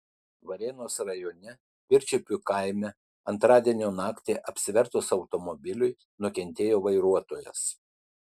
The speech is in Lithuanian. varėnos rajone pirčiupių kaime antradienio naktį apsivertus automobiliui nukentėjo vairuotojas